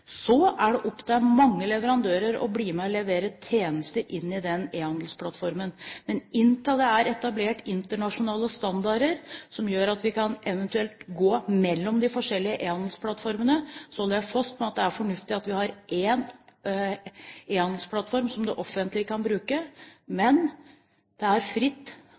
Så er det opp til mange leverandører å bli med og levere tjenester inn i den Ehandelsplattformen. Men inntil det er etablert internasjonale standarder som gjør at vi eventuelt kan gå mellom de forskjellige e-handelsplattformene, holder jeg fast ved at det er fornuftig at vi har en e-handelsplattform som det offentlige kan bruke. Men det er fritt